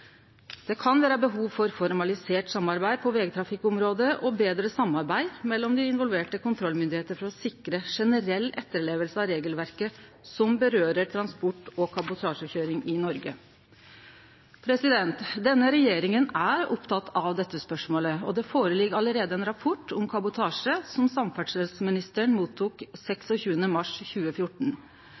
Det kan vere behov for formalisert samarbeid på vegtrafikkområdet og betre samarbeid mellom dei involverte kontrollmyndigheitene for å sikre generell etterleving av regelverket som angår transport og kabotasjekøyring i Noreg. Denne regjeringa er oppteken av dette spørsmålet, og det ligg allereie føre ein rapport om kabotasje som samferdselsministeren fekk 26. mars 2014.